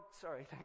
sorry